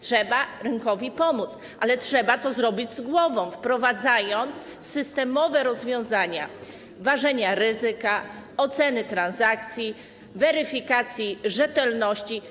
Trzeba rynkowi pomóc, ale trzeba to zrobić z głową, wprowadzając systemowe rozwiązania ważenia ryzyka, oceny transakcji, weryfikacji rzetelności.